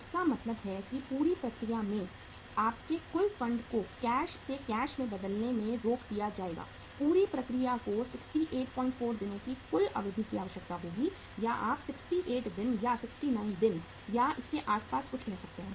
इसका मतलब है कि पूरी प्रक्रिया में आपके कुल फंड को कैश से कैश में बदलने में रोक दिया जाएगा पूरी प्रक्रिया को 684 दिनों की कुल अवधि की आवश्यकता होगी या आप 68 दिन या 69 दिन या इसके आसपास कुछ कह सकते हैं